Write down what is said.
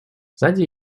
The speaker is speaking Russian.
сзади